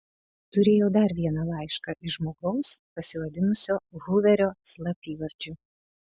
turėjo dar vieną laišką iš žmogaus pasivadinusio huverio slapyvardžiu